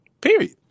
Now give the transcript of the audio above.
period